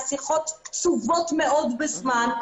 השיחות קצובות מאוד בזמן.